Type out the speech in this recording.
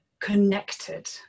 connected